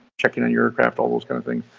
checking on your aircraft, all those kinds of things.